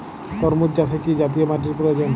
তরমুজ চাষে কি জাতীয় মাটির প্রয়োজন?